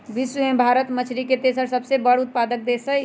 विश्व में भारत मछरी के तेसर सबसे बड़ उत्पादक देश हई